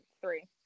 three